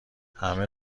همه